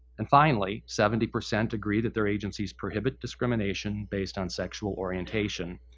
and finally, seventy percent agree that their agencies prohibit discrimination based on sexual orientation.